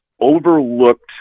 overlooked